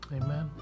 amen